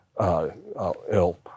ill